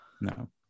No